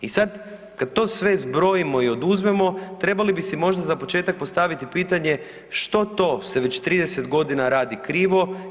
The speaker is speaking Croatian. I sada kada sve to zbrojimo i oduzmemo trebali bi si možda za početak postaviti pitanje što to se već 30 godina radi krivo?